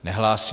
Nehlásí.